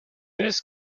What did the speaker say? this